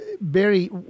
Barry